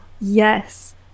yes